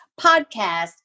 podcast